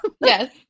Yes